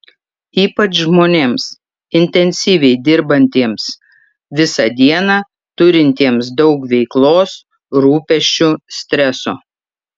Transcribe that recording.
ypač žmonėms intensyviai dirbantiems visą dieną turintiems daug veiklos rūpesčių streso